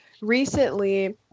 recently